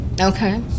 Okay